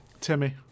Timmy